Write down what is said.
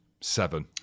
seven